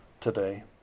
today